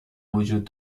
وجود